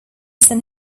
san